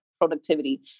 productivity